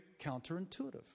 counterintuitive